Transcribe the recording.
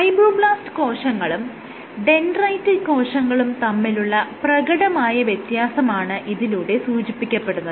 fibroblast കോശങ്ങളും dendritic കോശങ്ങളും തമ്മിലുള്ള പ്രകടമായ വ്യത്യാസമാണ് ഇതിലൂടെ സൂചിപ്പിക്കപ്പെടുന്നത്